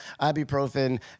ibuprofen